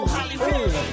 Hollywood